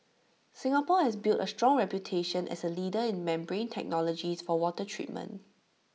Singapore has built A strong reputation as A leader in membrane technologies for water treatment